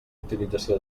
utilització